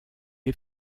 est